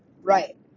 Right